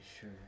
sure